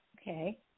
Okay